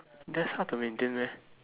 that's hard to maintain meh